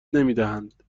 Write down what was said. نمیدهند